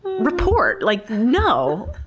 report, like no!